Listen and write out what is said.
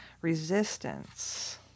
resistance